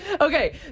Okay